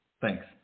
Thanks